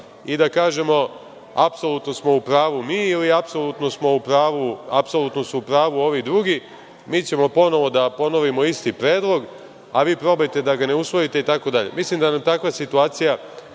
i da kažemo, apsolutno smo u pravu mi ili apsolutno su u pravu ovi drugi. Mi ćemo ponovo da ponovimo isti predlog, a vi probajte da ga ne usvojite itd. Mislim da nam takva situacija